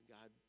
God